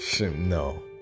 No